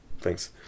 Thanks